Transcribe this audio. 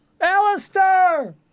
Alistair